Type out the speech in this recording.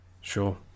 sure